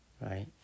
right